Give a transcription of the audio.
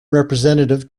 representative